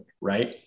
Right